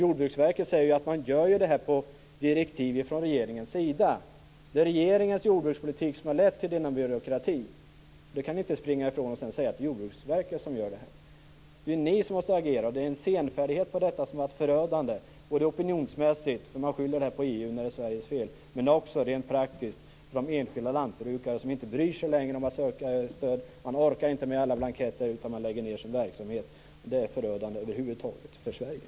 Jordbruksverket säger också att man gör detta på direktiv från regeringen. Det är regeringens jordbrukspolitik som har lett till denna byråkrati; det kan ni inte springa ifrån genom att säga att det är Jordbruksverket som gör det här. Det är ni som måste agera! Senfärdigheten på detta område har varit förödande, både opinionsmässigt - genom att man skyller på EU när det är Sveriges fel - och rent praktiskt för de enskilda lantbrukare som inte längre bryr sig om att söka stöd, inte orkar med alla blanketter utan lägger ned sin verksamhet. Det är förödande för Sverige över huvud taget.